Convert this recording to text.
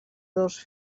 dos